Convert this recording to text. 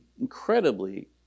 incredibly